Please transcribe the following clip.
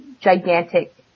gigantic